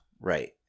Right